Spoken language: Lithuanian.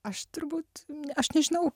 aš turbūt aš nežinau